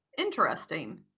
Interesting